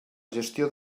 gestió